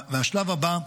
השלב הבא,